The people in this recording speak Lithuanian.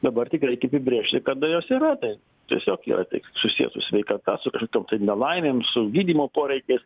dabar tik reikia apibrėžti kada jos yra tai tiesiog yra tik susiję su sveikata su kažkokiom tai nelaimėm su gydymo poreikiais